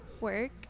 Work